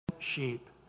Sheep